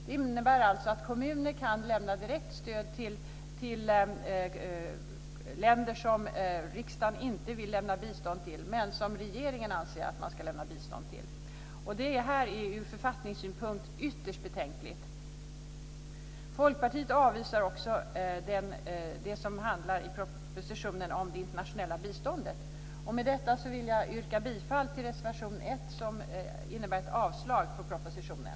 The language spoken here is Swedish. Det innebär att kommuner kan lämna direkt stöd till länder som riksdagen inte vill lämna bistånd till men som regeringen anser att man ska lämna bistånd till. Det är ur författningssynpunkt ytterst betänkligt. Folkpartiet avvisar också det i propositionen som handlar om internationellt bistånd. Med detta vill jag yrka bifall till reservation 1, som innebär ett avslag på propositionen.